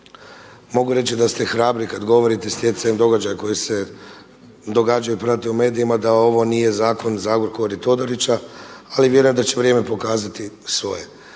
Mogu reći da ste hrabri kada govorite stjecajem događaja koji se događaju i prate u medijima da ovo nije zakon za Agrokor i Todorića, ali vjerujem da će vrijeme pokazati svoje.